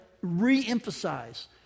re-emphasize